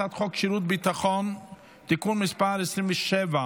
הצעת חוק שירות ביטחון (תיקון מס' 27,